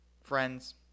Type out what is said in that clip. friends